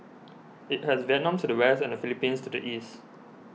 it has Vietnam to the west and the Philippines to the east